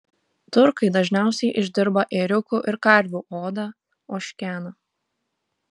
turkai dažniausiai išdirba ėriukų ir karvių odą ožkeną